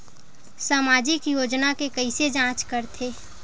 सामाजिक योजना के कइसे जांच करथे?